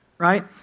right